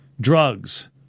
drugs